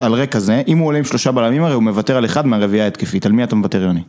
על רקע זה, אם הוא עולה עם שלושה בלמים הרי הוא מוותר על אחד מהרביעי ההתקפית, על מי אתה מוותר, יוני?